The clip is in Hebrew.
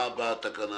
התקנה